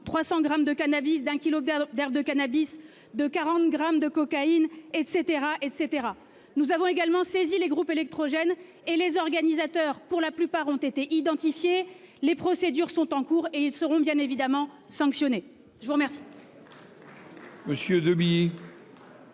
300 grammes de cannabis d'un kilo d'herbe de cannabis de 40 grammes de cocaïne et cetera et cetera. Nous avons également saisi les groupes électrogènes et les organisateurs pour la plupart ont été identifiés. Les procédures sont en cours et ils seront bien évidemment sanctionnés. Je vous remercie.